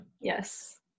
yes